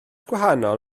gwahanol